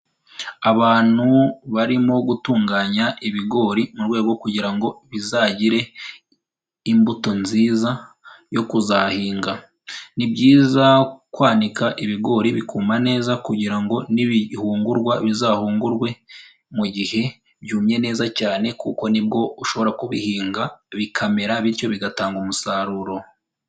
Abantu barimo gutunganya ibigori mu rwego kugira ngo bizagire imbuto nziza yo kuzahinga. Ni byiza kwanika ibigori bikuma neza kugira ngo nibihungurwa, bizahungurwe mu gihe byumye neza cyane kuko nibwo ushobora kubihinga, bikamera bityo bigatanga umusaruro.